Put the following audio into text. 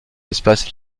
espace